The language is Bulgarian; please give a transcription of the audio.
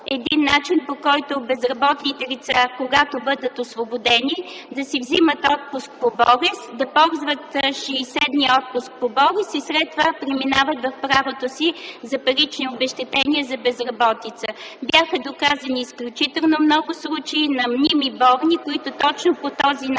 един начин по който безработните лица, когато бъдат освободени, да си взимат отпуск по болест, да ползват 60 дни отпуск по болест, и след това преминават в правото си за парични обезщетения за безработица. Бяха доказани изключително много случаи на мними болни, които точно по този начин